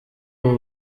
ubu